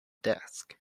desk